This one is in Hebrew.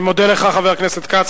אני מודה לך, חבר הכנסת כץ.